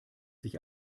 sich